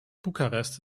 bukarest